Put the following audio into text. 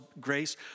grace